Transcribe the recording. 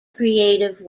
creative